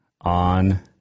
on